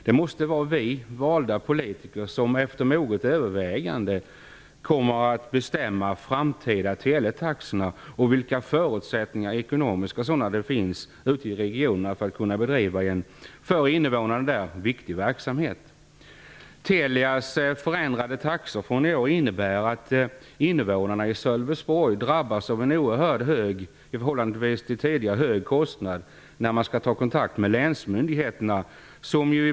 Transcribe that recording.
Det måste vara vi valda politiker som efter moget övervägande bestämmer framtida teletaxor och vilka ekonomiska förutsättningar det finns ute i regionerna för att kunna bedriva en för invånarna viktig verksamhet. Telias förändring av taxorna från i år innebär att invånarna i Sölvesborg drabbas av en i förhållande till tidigare oerhört hög kostnad när de skall ta kontakt med länsmyndigheterna.